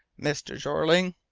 mr. jeorling,